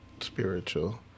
spiritual